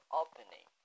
opening